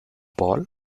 ball